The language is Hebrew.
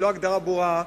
ללא הגדרה ברורה.